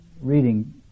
reading